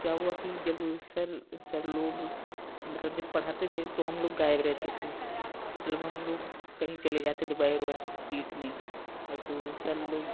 क्या हुआ की जब सर सर लोग मतलब जब पढ़ाते थे तो हम लोग गायब रहते थे मतलब हम लोग कहीं चले जाते थे बाहर वाहर पीटने तो सर लोग